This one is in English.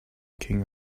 king